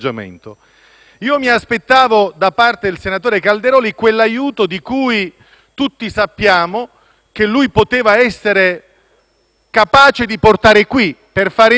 tutti sappiamo poteva essere capace di portare in questa sede, per fare in modo che la discussione potesse risultare fruttuosa, non burocratica.